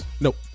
Nope